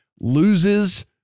loses